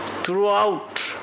throughout